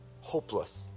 hopeless